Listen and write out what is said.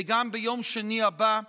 וגם ביום שני הבא,